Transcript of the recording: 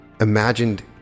imagined